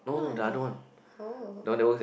not exact oh